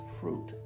fruit